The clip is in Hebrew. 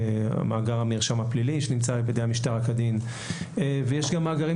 מאגר המרשם הפלילי שנמצא כדין בידי המשטרה ויש גם מאגרים